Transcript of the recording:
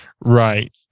Right